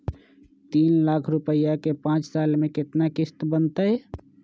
तीन लाख रुपया के पाँच साल के केतना किस्त बनतै?